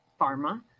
pharma